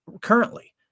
currently